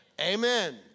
Amen